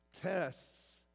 tests